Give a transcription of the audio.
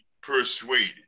persuaded